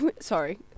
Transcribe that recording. Sorry